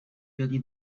really